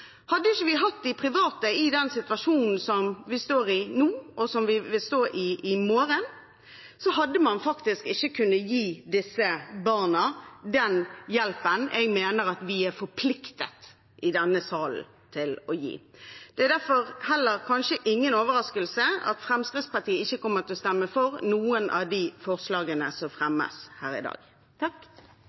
Hadde vi ikke hatt de private i den situasjonen vi står i nå, og som vi vil stå i i morgen, hadde man faktisk ikke kunnet gi disse barna den hjelpen jeg mener at vi i denne salen er forpliktet til å gi. Det er derfor kanskje heller ingen overraskelse at Fremskrittspartiet ikke kommer til å stemme for noen av de forslagene som fremmes her i dag.